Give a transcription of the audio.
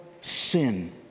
sin